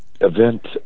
event